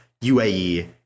UAE